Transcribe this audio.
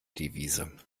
devise